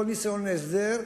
כל ניסיון להסדר,